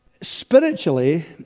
spiritually